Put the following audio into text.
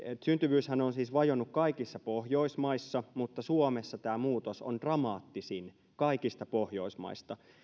syntyvyyshän on siis vajonnut kaikissa pohjoismaissa mutta suomessa tämä muutos on dramaattisin kaikista pohjoismaista